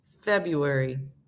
February